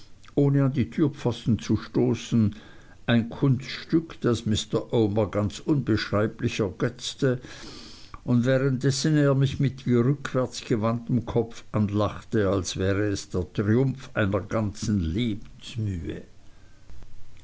ohne an die türpfosten anzustoßen ein kunststück das mr omer ganz unbeschreiblich ergötzte und währenddessen er mich mit rückwärts gewandtem kopf anlachte als wäre es der triumph einer ganzen lebensmühe